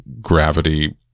gravity